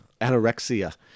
anorexia